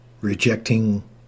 Rejecting